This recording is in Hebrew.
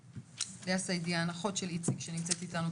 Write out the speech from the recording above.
לאה סעידיאן, אחות של איציק שנמצאת איתנו.